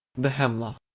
the hemlock.